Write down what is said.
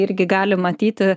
irgi gali matyti